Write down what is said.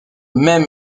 même